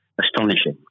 astonishing